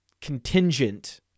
contingent